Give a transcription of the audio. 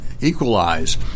equalize